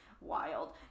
wild